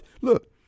look